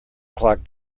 clock